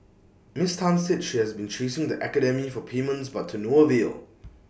miss Tan said she has been chasing the academy for payments but to no avail